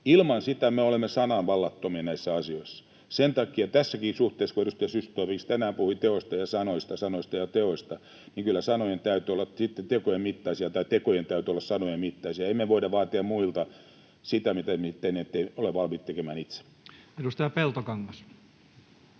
Ilman sitä me olemme sanavallattomia näissä asioissa. Sen takia tässäkin suhteessa, kun edustaja Zyskowicz tänään puhui teoista ja sanoista, sanoista ja teoista, kyllä sanojen täytyy olla sitten tekojen mittaisia tai tekojen täytyy olla sanojen mittaisia. Ei me voida vaatia muilta sitä, mitä me emme ole valmiita tekemään itse. [Speech